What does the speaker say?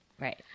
Right